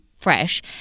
fresh